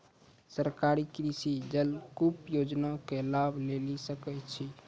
सरकारी कृषि जलकूप योजना के लाभ लेली सकै छिए?